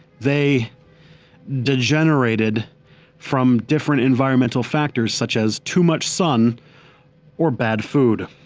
they degenerated from different environmental factors such as too much sun or bad food.